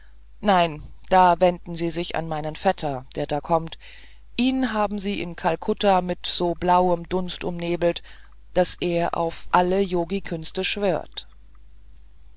nein da wenden sie sich an meinen vetter der da kommt ihn haben sie in kalkutta so mit blauem dunst umnebelt daß er auf alle yogikünste schwört